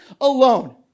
alone